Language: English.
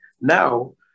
now